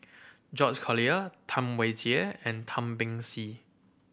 George Collyer Tam Wai Jia and Tan Beng Swee